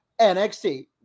NXT